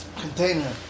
container